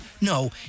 No